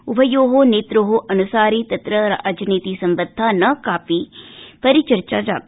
उभयो नेत्रो अन्सारि तत्र राजनीति संबद्धा न कापि परिचर्चा जाता